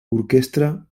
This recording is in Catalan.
orquestra